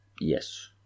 yes